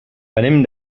venim